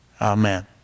Amen